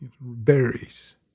berries